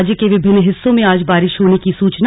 राज्य के विभिन्न हिस्सों में आज बारिश होने की सूचना